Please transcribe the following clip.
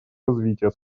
развития